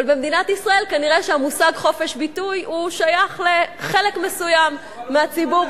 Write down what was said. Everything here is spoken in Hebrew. אבל במדינת ישראל כנראה המושג "חופש ביטוי" שייך לחלק מסוים מהציבור.